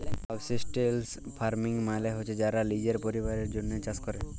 subsistence farming মালে হছে যারা লিজের পরিবারের জ্যনহে চাষ ক্যরে